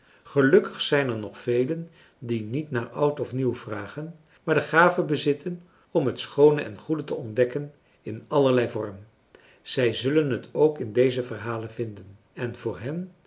gelukkig zijn er nog velen die niet naar oud of nieuw vragen maar de gave bezitten om het schoone en goede te ontdekken in allerlei vorm zij zullen het ook in deze verhalen vinden en voor hen